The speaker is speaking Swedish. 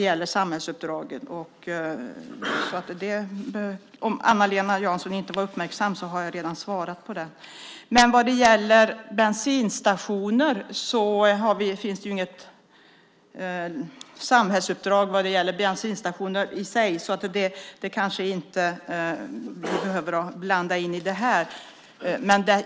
Om Eva-Lena Jansson inte var uppmärksam kan jag säga att jag redan har svarat på den frågan. Det finns inget samhällsuppdrag vad gäller bensinstationer, så det kanske vi inte behöver blanda in här.